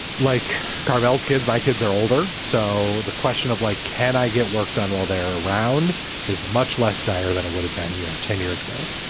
like karvelas kids, my kids are older. so the question of like, can i get work done while they're around is much less dire than it would have been, you know, ten years ago.